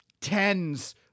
tens